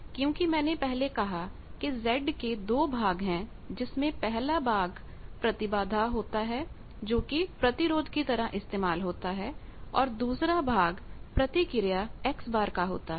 क्योंकि मैंने पहले कहा कि Z के दो भाग हैं जिसमें पहला भाग प्रतिबाधा होता है जोकि प्रतिरोध की तरह इस्तेमाल होता है और दूसरा भाग प्रतिक्रिया X का होता है